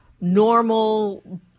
normal